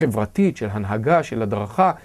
חברתית, של הנהגה, של הדרכה...